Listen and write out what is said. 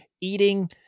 eating